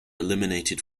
eliminated